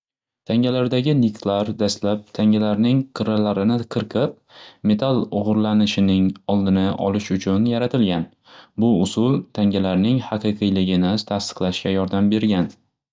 Tangalardagi niktlar dastlab tangalarning qirralarini qirqib metal oldini olish uchun yaratilgan. Bu usul tangalarning haqiqiyligini tasdiqlashga yordam bergan.